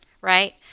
right